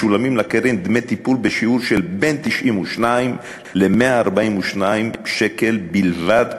משולמים לקרן דמי טיפול בשיעור של בין 92 ל-142 שקל בלבד,